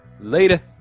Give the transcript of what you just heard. Later